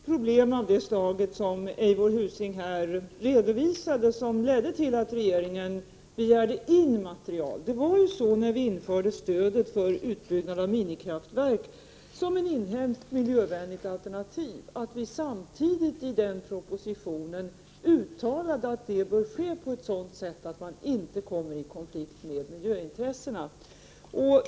Fru talman! Det var just problem av det slag som Eivor Husing här redovisat som ledde till att regeringen begärde in material. När vi införde stödet för utbyggnad av minikraftverk som ett inhemskt, miljövänligt alternativ, uttalade vi samtidigt i propositionen att utbyggnaden bör ske på ett sådant sätt att man inte kommer i konflikt med miljöintressena.